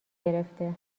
گرفته